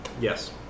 Yes